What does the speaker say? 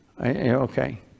Okay